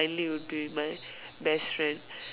would be my best friend